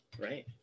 right